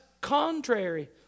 contrary